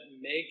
make